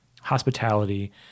Hospitality